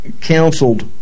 counseled